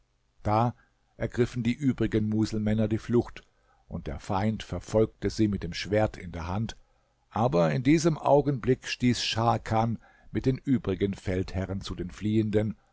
da ergriffen die übrigen muselmänner die flucht und der feind verfolgte sie mit dem schwert in der hand aber in diesem augenblick stieß scharkan mit den übrigen feldherren zu den fliehenden